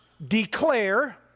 declare